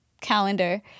calendar